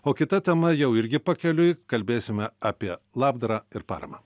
o kita tema jau irgi pakeliui kalbėsime apie labdarą ir paramą